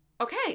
Okay